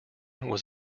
was